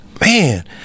man